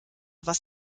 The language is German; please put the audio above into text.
was